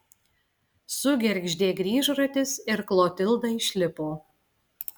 sugergždė grįžratis ir klotilda išlipo